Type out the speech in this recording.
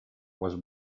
was